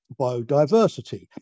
biodiversity